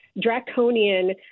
draconian